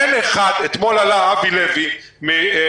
אין אחד אתמול עלה אבי לוי מהמסעדנים